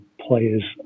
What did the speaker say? players